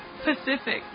Pacific